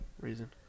reason